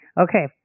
Okay